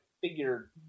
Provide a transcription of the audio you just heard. figure